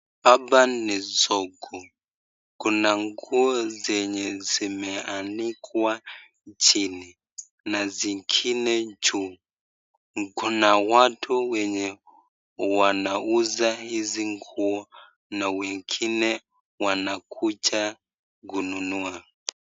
Hapa ni soko, kuna nguo zenye zimeanikwa chini na zingine juu kuna watu wenye wanauza hizi nguo na wengine wanakuja kununua.